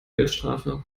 geldstrafe